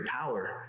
power